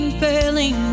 failing